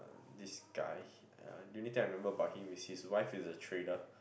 uh this guy he uh the only thing that I remember about him is his wife is a trader